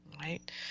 right